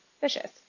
vicious